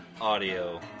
Audio